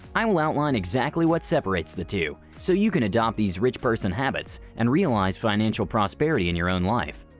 i will outline exactly what separates the two so you can adopt these rich person habits and realize financial prosperity in your own life.